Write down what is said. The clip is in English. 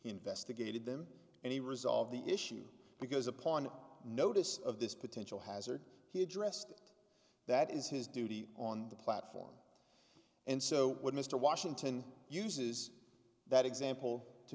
investigated them and he resolved the issue because upon notice of this potential hazard he addressed that is his duty on the platform and so would mr washington uses that example to